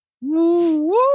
Woo